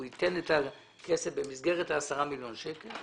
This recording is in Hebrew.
ייתן את הכסף במסגרת 10 מיליון שקלים.